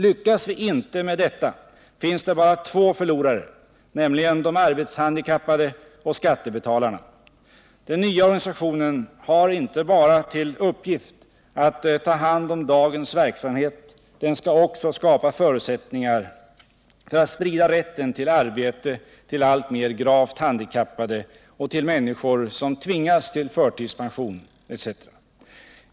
Lyckas vi inte med detta finns det bara två förlorare, nämligen de arbetshandikappade och skattebetalarna. Den nya organisationen har inte bara till uppgift att ta hand om dagens verksamhet. Den skall också skapa förutsättningar för att sprida rätten till arbete till alltmer gravt handikappade och till människor som tvingas till förtidspension etc.